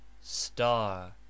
Star